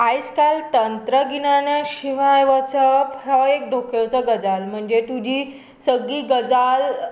आयजकाल तंत्रगिन्याना शिवाय वचप हो एक धोकेचो गजाल म्हणजे तुजी सगळी गजाल